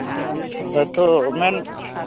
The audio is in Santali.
ᱛᱟᱭᱛᱚ ᱢᱮᱱ